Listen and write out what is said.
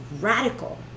radical